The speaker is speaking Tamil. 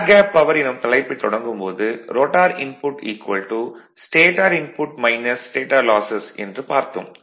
ஏர் கேப் பவர் எனும் தலைப்பைத் தொடங்கும் போது rotor input stator input stator losses என்று பார்த்தோம்